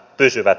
pysyvät